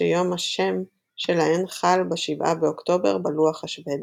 ש"יום השם" שלהן חל ב-7 באוקטובר בלוח השוודי.